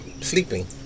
sleeping